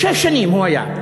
שש שנים הוא היה.